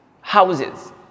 houses